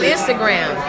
Instagram